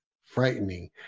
frightening